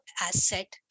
asset